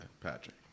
Patrick